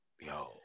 yo